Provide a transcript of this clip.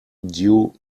due